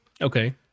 Okay